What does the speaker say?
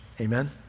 Amen